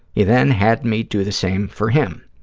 he then had me do the same for him.